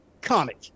comic